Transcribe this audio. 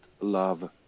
love